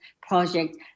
project